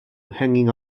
hanging